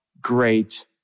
great